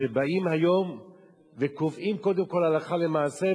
כשבאים היום וקובעים קודם כול הלכה למעשה,